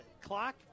clock